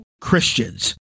Christians